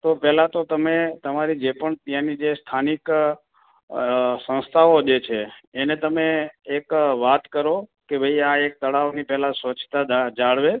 તો પહેલાં તો તમે તમારી જે પણ ત્યાંની જે સ્થાનિક અ સંસ્થાઓ જે છે એને તમે એક વાત કરો કે ભાઈ આ એક તળાવની પહેલાં સ્વચ્છતા જાળવે